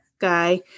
guy